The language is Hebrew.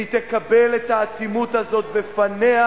והיא תקבל את האטימות הזאת בפניה,